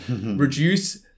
Reduce